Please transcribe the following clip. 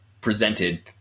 presented